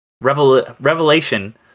revelation